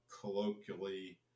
colloquially